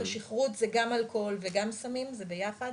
השכרות זה גם אלכוהול וגם סמים, זה ביחד,